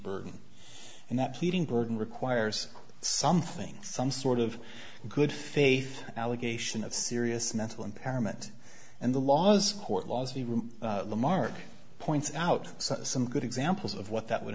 burden and that heating burden requires some things some sort of good faith allegation of serious mental impairment and the laws court laws he wrote mark points out some good examples of what that would